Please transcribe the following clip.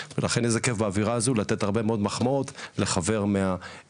לכן איזה כיף באווירה הזו לתת הרבה הרבה מחמאות לחבר מהאופוזיציה,